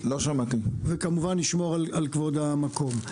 וכמובן נשמור על כבוד המקום.